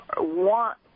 want